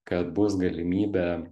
kad bus galimybė